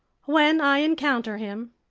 when i encounter him.